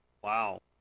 Wow